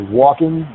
walking